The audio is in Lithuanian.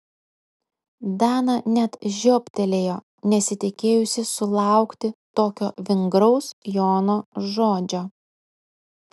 dana net žiobtelėjo nesitikėjusi sulaukti tokio vingraus jono žodžio